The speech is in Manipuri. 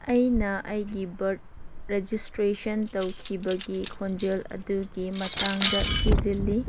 ꯑꯩꯅ ꯑꯩꯒꯤ ꯕꯥꯔꯠ ꯔꯦꯖꯤꯁꯇ꯭ꯔꯦꯁꯟ ꯇꯧꯈꯤꯕꯒꯤ ꯈꯣꯡꯖꯦꯜ ꯑꯗꯨꯒꯤ ꯃꯇꯥꯡꯗ ꯊꯤꯖꯤꯜꯂꯤ